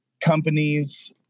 companies